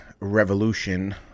revolution